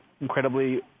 incredibly